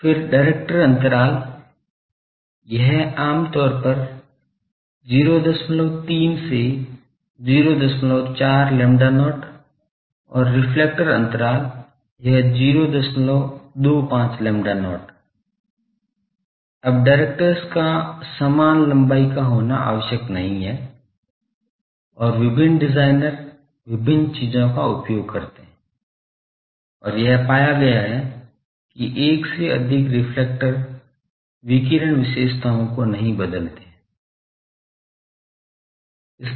फिर डायरेक्टर अंतराल यह आमतौर पर 03 से 04 lambda not और रिफ्लेक्टर अंतराल यह 025 lambda not अब डायरेक्टर्स का समान लंबाई का होना आवश्यक नहीं है और विभिन्न डिज़ाइनर विभिन्न चीज़ों का उपयोग करते हैं और यह पाया गया है कि एक से अधिक रिफ्लेक्टर विकिरण विशेषताओं को नहीं बदलते हैं